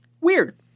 weird